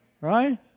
right